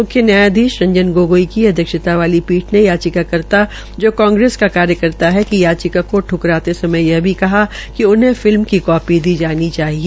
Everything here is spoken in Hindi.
मुख्य न्यायाधीश रंजन गोगोई की अध्यक्षता वाली पीठ ने याचिकाकर्ता जो कांग्रेस का कार्यकर्ता है की याचिका को ठुकराते समय यह भी कहा कि उन्हें फिल्म की कापी दी जानी चाहिए